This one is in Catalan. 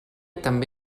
també